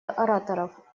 ораторов